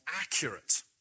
accurate